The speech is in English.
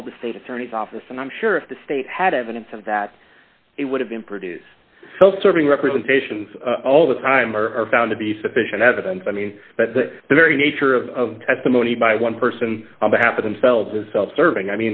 called the state attorney's office and i'm sure if the state had evidence of that it would have been produced self serving representations all the time or are found to be sufficient evidence i mean but the very nature of testimony by one person on behalf of themselves is self serving i